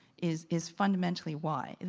is is fundamentally why?